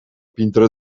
pientere